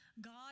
God